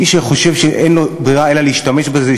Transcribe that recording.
מי שחושב שאין לו ברירה אלא להשתמש בזה,